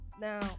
Now